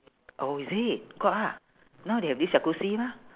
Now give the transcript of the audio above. oh is it got ah now they have this jacuzzi mah